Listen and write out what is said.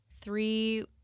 three